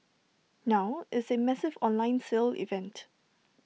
now it's A massive online sale event